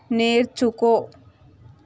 నేర్చుకో